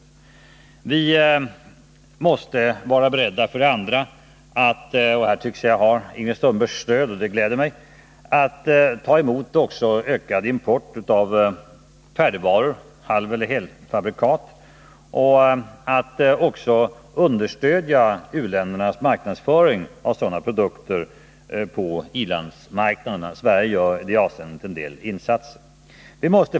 För det andra måste vi vara beredda — och därvidlag tycks jag ha Ingrid Sundbergs stöd, vilket gläder mig — att ta emot ökad import av färdigvaror, halveller helfabrikat, och även understödja u-ländernas marknadsföring av sådana produkter på i-landsmarknaderna. Sverige gör i det avseendet en hel del insatser.